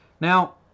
Now